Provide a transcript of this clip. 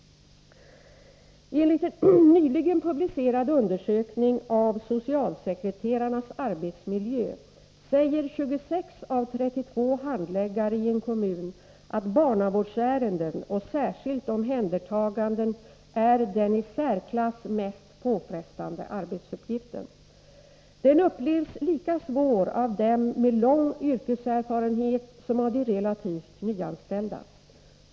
Enligt en nyligen publicerad undersökning av socialsekreterarnas arbetsmiljö säger 26 av 32 handläggare i en kommun att barnavårdsärenden och särskilt omhändertaganden är den i särklass mest påfrestande arbetsuppgiften. Den upplevs lika svår av dem med lång yrkeserfarenhet som av de relativt nyanställda.